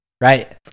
right